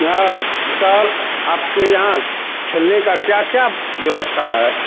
sir Vishal आपके यहाँ खेलने का क्या क्या व्यवस्था है